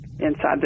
inside